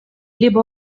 либо